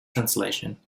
translation